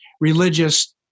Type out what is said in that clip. religious